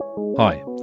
Hi